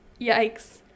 Yikes